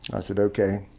and i said, ok,